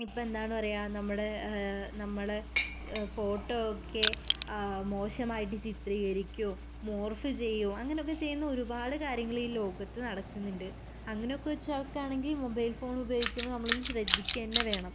ഇപ്പം എന്താണ് പറയുക നമ്മുടെ നമ്മൾ ഫോട്ടോ ഒക്കെ മോശമായിട്ട് ചിത്രീകരിക്കുകയോ മോർഫ് ചെയ്യുകയോ അങ്ങനെയൊക്കെ ചെയ്യുന്ന ഒരുപാട് കാര്യങ്ങൾ ഈ ലോകത്ത് നടക്കുന്നുണ്ട് അങ്ങനെയൊക്കെ വെച്ച് നോക്കുകയാണെങ്കിൽ മൊബൈൽ ഫോൺ ഉപയോഗിക്കുമ്പോൾ നമ്മൾ ഒന്ന് ശ്രദ്ധിക്കുക തന്നെ വേണം